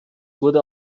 wurde